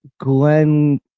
Glenn